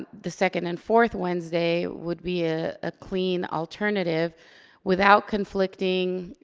the second and fourth wednesday would be a ah clean alternative without conflicting,